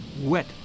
wet